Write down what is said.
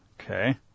Okay